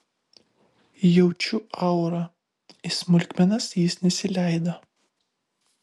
jaučiu aurą į smulkmenas jis nesileido